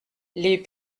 les